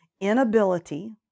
inability